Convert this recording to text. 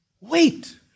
Wait